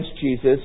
Jesus